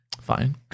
Fine